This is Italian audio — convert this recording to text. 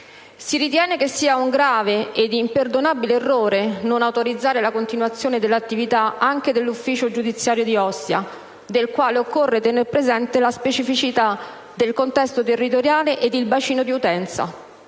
Si ritiene che sia un grave ed imperdonabile errore non autorizzare la continuazione dell'attività anche all'ufficio giudiziario di Ostia, del quale occorre tenere presente la specificità del contesto territoriale ed il bacino di utenza.